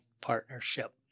Partnership